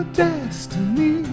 destiny